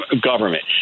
government